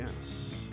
yes